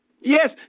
Yes